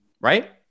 right